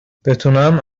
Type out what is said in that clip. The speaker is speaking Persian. بتونم